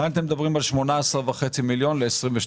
וכאן אתם מדברים על 18.5 מיליון ל-2022.